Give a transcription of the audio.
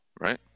right